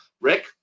rick